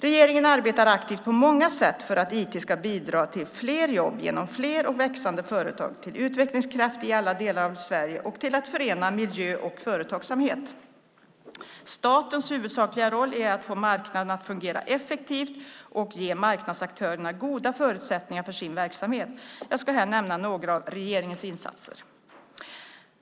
Regeringen arbetar aktivt på många sätt för att IT ska bidra till fler jobb genom fler och växande företag, till utvecklingskraft i alla delar av Sverige och till att förena miljö och företagsamhet. Statens huvudsakliga roll är att få marknaden att fungera effektivt och att ge marknadsaktörerna goda förutsättningar för sin verksamhet. Jag ska här nämna några av regeringens insatser.